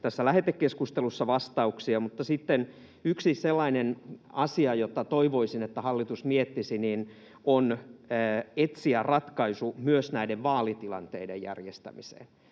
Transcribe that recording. tässä lähetekeskustelussa vastauksia. Mutta sitten yksi sellainen asia, jota toivoisin, että hallitus miettisi, on etsiä ratkaisu myös näiden vaalitilanteiden järjestämiseen.